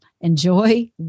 Enjoy